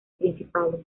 principales